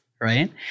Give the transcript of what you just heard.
right